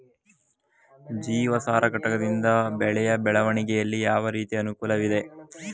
ಜೀವಸಾರ ಘಟಕದಿಂದ ಬೆಳೆಯ ಬೆಳವಣಿಗೆಯಲ್ಲಿ ಯಾವ ರೀತಿಯ ಅನುಕೂಲವಿದೆ?